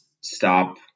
stop –